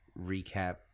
recap